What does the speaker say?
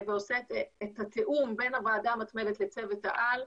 ועושה את התיאום בין הוועדה המתמדת לצוות העל.